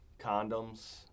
Condoms